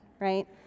right